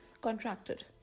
contracted